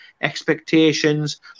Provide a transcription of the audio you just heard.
Expectations